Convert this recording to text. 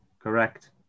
Correct